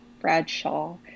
Bradshaw